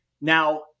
Now